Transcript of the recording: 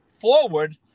forward